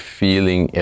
feeling